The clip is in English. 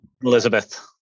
Elizabeth